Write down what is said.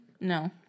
No